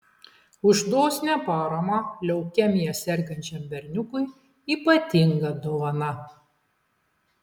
už dosnią paramą leukemija sergančiam berniukui ypatinga dovana